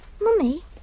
Mummy